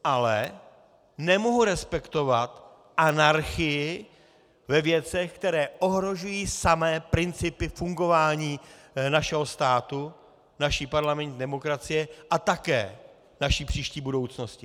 Ale nemohu respektovat anarchii ve věcech, které ohrožují samé principy fungování našeho státu, naší parlamentní demokracie a také naší příští budoucnosti.